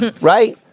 Right